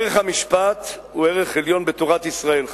ערך המשפט הוא ערך עליון בתורת ישראל.